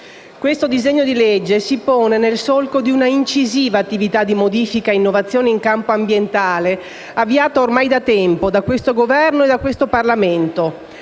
Questo disegno di legge si pone nel solco di una incisiva attività di modifica e innovazione in campo ambientale, avviata ormai da tempo dal Governo e dal Parlamento.